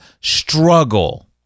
struggle